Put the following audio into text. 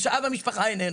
ואב המשפחה איננו.